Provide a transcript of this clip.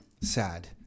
sad